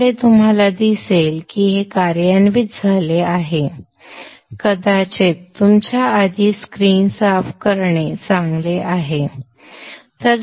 त्यामुळे तुम्हाला दिसेल की हे कार्यान्वित झाले आहे कदाचित तुमच्या आधी स्क्रीन साफ करणे चांगले आहे